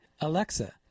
Alexa